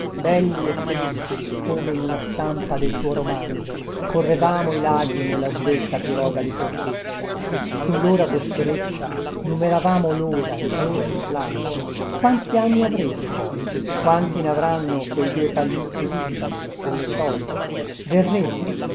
belli e felici come in una stampa del tuo romanzo correvamo i laghi nella svelta piroga di corteccia sullora boschereccia numeravamo lora il giorno lanno quantanni avrete poi quanti navranno quei due palmizi dispari alle soglie verrete